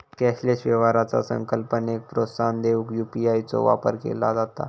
cashless व्यवहाराचा संकल्पनेक प्रोत्साहन देऊक यू.पी.आय चो वापर केला जाता